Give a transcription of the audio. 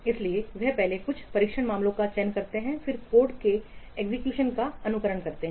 इसलिए वे पहले कुछ परीक्षण मामलों का चयन करते हैं फिर कोड के एग्जीक्यूशन का अनुकरण करते हैं